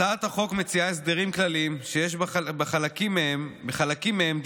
הצעת החוק מציעה הסדרים כלליים שיש בחלקים מהם דמיון